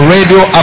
Radio